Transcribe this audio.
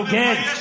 בוגד,